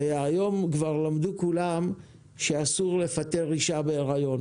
היום כבר למדו כולם שאסור לפטר אישה בהריון